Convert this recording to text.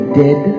dead